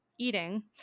eating